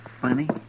Funny